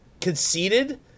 conceded